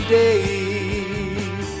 days